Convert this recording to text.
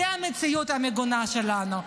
זו המציאות המגונה שלנו.